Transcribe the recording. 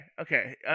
okay